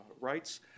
rights